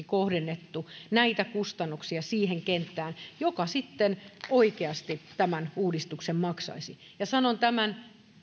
kohdennettu näitä kustannuksia siihen kenttään joka sitten oikeasti tämän uudistuksen maksaisi sanon tämän